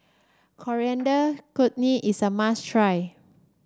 Coriander Chutney is a must try